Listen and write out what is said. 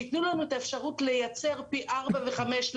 שייתנו לנו את האפשרות לייצר פי ארבע וחמש,